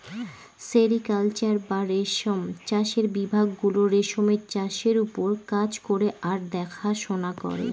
sericulture বা রেশম চাষের বিভাগ গুলো রেশমের চাষের ওপর কাজ করে আর দেখাশোনা করে